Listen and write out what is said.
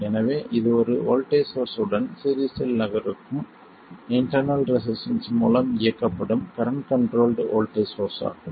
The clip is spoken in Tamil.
எனவே இது ஒரு வோல்ட்டேஜ் சோர்ஸ் உடன் சீரிஸ் இல் இருக்கும் இன்டெர்னல் ரெசிஸ்டன்ஸ் மூலம் இயக்கப்படும் கரண்ட் கண்ட்ரோல்ட் வோல்ட்டேஜ் சோர்ஸ் ஆகும்